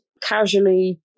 casually